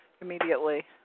immediately